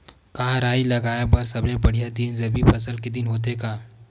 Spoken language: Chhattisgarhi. का राई लगाय बर सबले बढ़िया दिन रबी फसल के दिन होथे का?